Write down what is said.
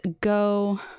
go